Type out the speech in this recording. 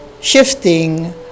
shifting